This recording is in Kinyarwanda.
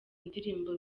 ndirimbo